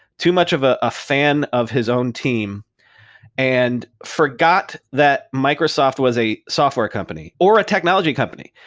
too much of ah a fan of his own team and forgot that microsoft was a software company, or a technology company.